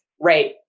right